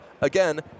Again